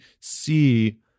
see